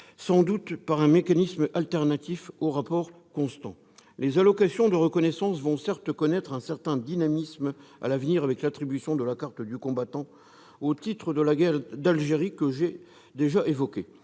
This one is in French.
sans doute par un mécanisme alternatif au rapport constant. Les allocations de reconnaissance vont certes connaître un certain dynamisme avec l'attribution de la carte du combattant au titre de la guerre d'Algérie- je l'ai évoqué